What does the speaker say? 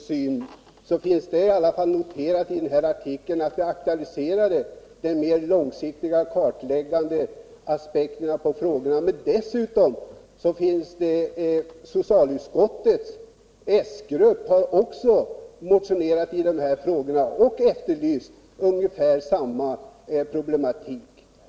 synpunkter, finns de i alla fall noterade i artikeln, där det aktualiseras mera långsiktigt kartläggande aspekter på frågan. Dessutom har socialutskottets s-grupp också motionerat i dessa frågor och efterlyst ungefär samma problematik.